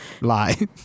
Lie